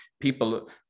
people